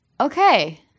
okay